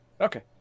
Okay